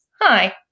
hi